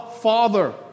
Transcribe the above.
Father